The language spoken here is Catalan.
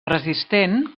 resistent